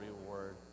reward